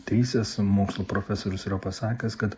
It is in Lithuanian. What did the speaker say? teisės mokslų profesorius yra pasakęs kad